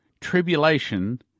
Tribulation